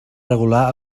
regular